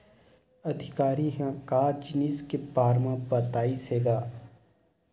अधिकारी ह का जिनिस के बार म बतईस हे गा?